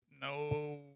No